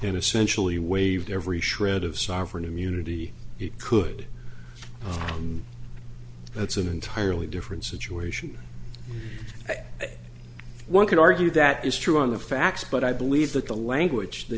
and essentially waived every shred of sovereign immunity it could that's an entirely different situation one could argue that is true on the facts but i believe that the language th